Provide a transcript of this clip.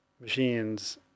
machines